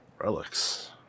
Relics